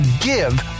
give